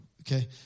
okay